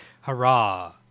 Hurrah